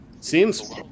Seems